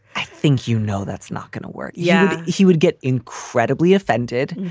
i think, you know, that's not going to work. yeah. he would get incredibly offended.